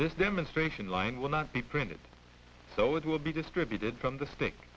this demonstration line will not be printed so it will be distributed from the st